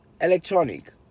electronic